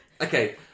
Okay